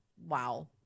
wow